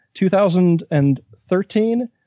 2013